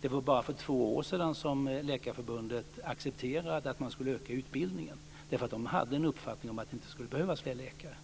Det var bara för två år sedan som Läkarförbundet accepterade att man skulle öka utbildningen. Man hade nämligen en uppfattning om att det inte skulle behövas fler läkare.